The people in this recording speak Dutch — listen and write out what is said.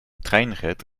treinrit